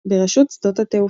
ברשות שדות התעופה.